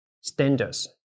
standards